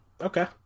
Okay